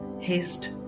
Haste